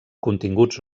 continguts